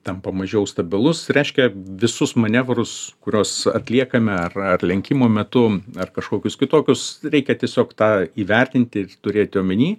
tampa mažiau stabilus reiškia visus manevrus kuriuos atliekame ar ar lenkimo metu ar kažkokius kitokius reikia tiesiog tą įvertinti turėti omeny